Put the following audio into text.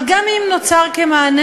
אבל גם אם הוא נוצר כמענה,